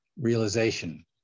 realization